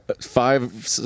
five